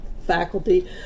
faculty